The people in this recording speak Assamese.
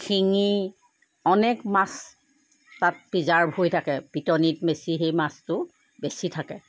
শিঙি অনেক মাছ তাত প্ৰীজাৰ্ভ হৈ থাকে পিটনীত বেছি সেই মাছটো বেছি থাকে